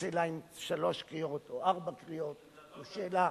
השאלה אם שלוש קריאות או ארבע קריאות זו שאלה,